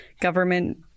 government